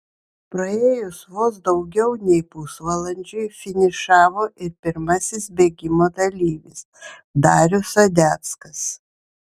praėjus vos daugiau nei pusvalandžiui finišavo ir pirmasis bėgimo dalyvis darius sadeckas